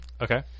Okay